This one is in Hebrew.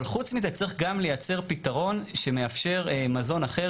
אבל חוץ מזה צריך גם לייצר פתרון שמאפשר מזון אחר